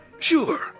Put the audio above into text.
Sure